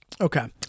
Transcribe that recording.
Okay